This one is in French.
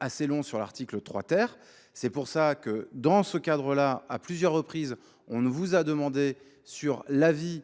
assez long sur l'article 3 terres C'est pour ça que dans ce cadre-là, à plusieurs reprises, on vous a demandé sur l'avis,